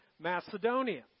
Macedonia